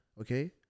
okay